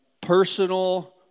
personal